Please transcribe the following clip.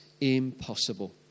impossible